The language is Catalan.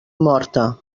morta